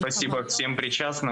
אי אפשר היה לכפות עליהם,